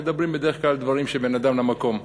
מדברים בדרך כלל דברים שבין אדם למקום.